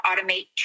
automate